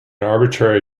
arbitrary